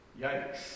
yikes